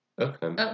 Okay